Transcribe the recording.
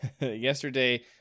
Yesterday